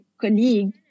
colleague